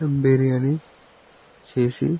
దమ్ బిర్యాని చేసి